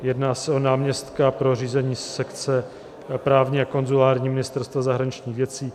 Jedná se o náměstka pro řízení sekce právní a konzulární Ministerstva zahraničních věcí.